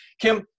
Kim